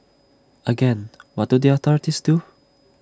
again what do the authorities do